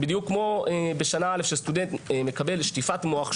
בדיוק כמו בשנה א' כשסטודנט מקבל שטיפת מוח,